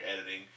editing